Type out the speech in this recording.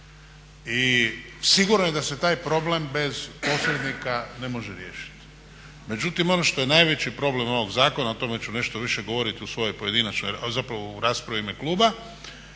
I sigurno je da se taj problem bez posrednika ne može riješiti. Međutim, ono što je najveći problem ovog zakona, o tome ću nešto više govoriti u svojoj pojedinačnoj raspravi, zapravo u raspravi u ime kluba,